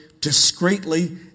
discreetly